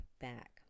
back